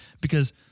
because-